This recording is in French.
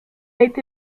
été